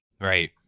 Right